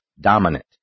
dominant